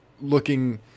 looking